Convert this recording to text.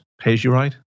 Pay-as-you-ride